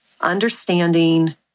understanding